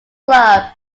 club